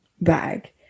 bag